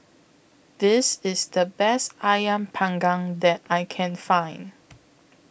This IS The Best Ayam Panggang that I Can Find